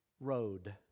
road